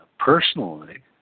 Personally